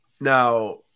Now